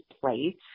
plate